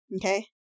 Okay